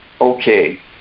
okay